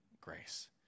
grace